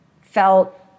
felt